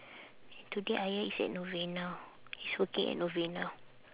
today ayah is at novena he's working at novena